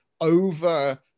over